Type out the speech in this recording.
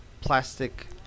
plastic